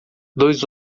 dois